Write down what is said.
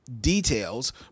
details